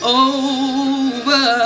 over